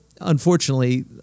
unfortunately